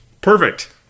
Perfect